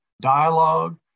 dialogue